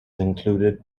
included